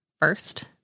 first